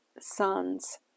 sons